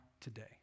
today